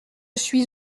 suis